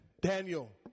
Daniel